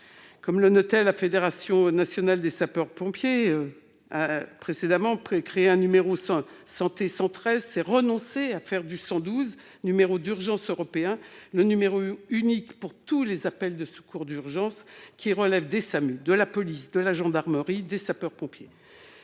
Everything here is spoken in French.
Comme le notait la Fédération nationale des sapeurs-pompiers, créer un numéro santé 113, c'est renoncer à faire du 112, numéro d'urgence européen, le numéro unique pour tous les appels de secours d'urgence relevant des SAMU, de la police, de la gendarmerie et des sapeurs-pompiers,